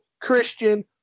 Christian